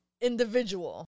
individual